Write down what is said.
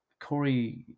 Corey